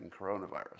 coronavirus